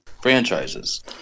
franchises